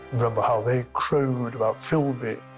remember how they crowed about philby,